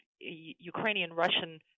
Ukrainian-Russian